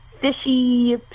fishy